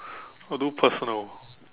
I'll do personal